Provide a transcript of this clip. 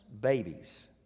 babies